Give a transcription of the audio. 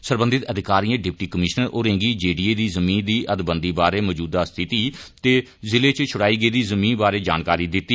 सरबंधित अधिकारिएं deputy commissioner होरें गी जेडीए दी जिमीं दी हंदबंदी बारै मौजूदा स्थिति ते जिले इच छुड़ाई गेदी जिमीं बारै जानकारी दित्ती